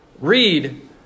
read